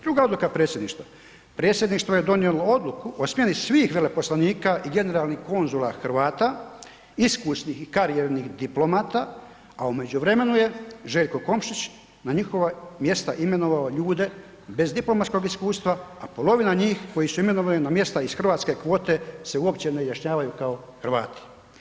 Druga odluka predsjedništva: „Predsjedništvo je donijelo odluku o smjeni svih veleposlanika i generalnih konzula Hrvata, iskusnih i karijernih diplomata a u međuvremenu je Željko Komšić na njihova mjesta imenovao ljude bez diplomatskog iskustva a polovina njih koji su imenovani na mjesta iz hrvatske kvote se uopće ne izjašnjavaju kao Hrvati.